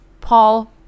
Paul